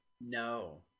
No